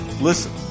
Listen